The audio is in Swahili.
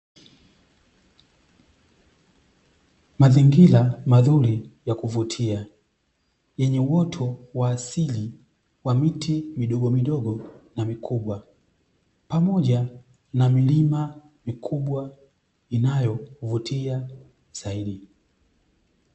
Mazingira mazuri yakuvutia yenye uoto wa asili wa miti midogomidogo na mikubwa, pamoja na milima mikubwa inayovutia zaidi.